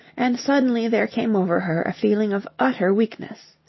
and suddenly there came over her a feeling of utter weakness.